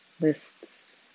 lists